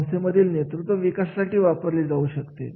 संस्थेतील नेतृत्व विकासासाठी वापरली जाऊ शकते